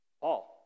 Paul